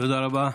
תודה רבה.